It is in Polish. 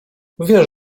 wiesz